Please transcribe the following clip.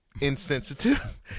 insensitive